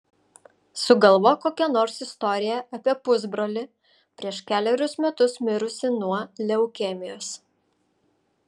sugalvok kokią nors istoriją apie pusbrolį prieš kelerius metus mirusį nuo leukemijos